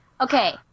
Okay